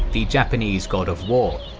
the japanese god of war.